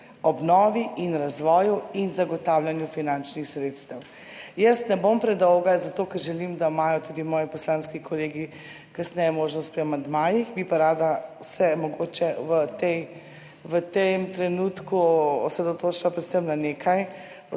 Obnovi in razvoju in zagotavljanju finančnih sredstev. Ne bom predolga, zato ker želim, da imajo tudi moji poslanski kolegi kasneje možnost pri amandmajih, bi se pa rada mogoče v tem trenutku osredotočila predvsem na nekaj